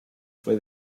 fue